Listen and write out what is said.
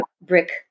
brick